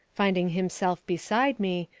finding himself beside me,